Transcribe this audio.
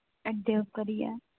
अड्डे उप्पर गै ऐ